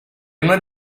una